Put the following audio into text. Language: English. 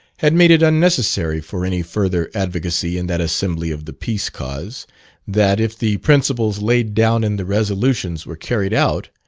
had made it unnecessary for any further advocacy in that assembly of the peace cause that if the principles laid down in the resolutions were carried out,